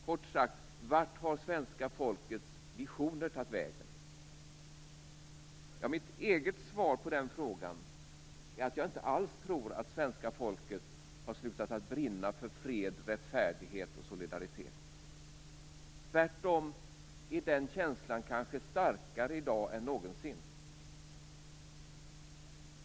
Kort sagt: Vart har svenska folkets visioner tagit vägen? Mitt eget svar på den frågan är att jag inte alls tror att svenska folket har slutat att brinna för fred, rättfärdighet och solidaritet. Tvärtom är den känslan kanske starkare i dag än någonsin.